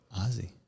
Ozzy